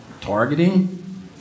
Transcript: targeting